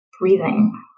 breathing